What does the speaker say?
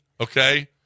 Okay